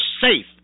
safe